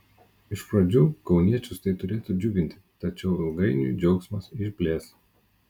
iš pradžių kauniečius tai turėtų džiuginti tačiau ilgainiui džiaugsmas išblės